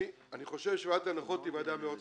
אני חושב שוועדת הנחות היא ועדה מאוד חשובה.